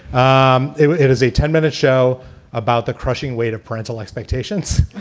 um it is a ten minute show about the crushing weight of parental expectations